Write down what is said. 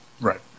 Right